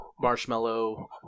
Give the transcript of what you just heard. marshmallow